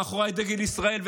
מאחוריי דגל ישראל,